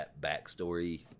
backstory